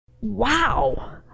Wow